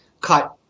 cut